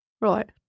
Right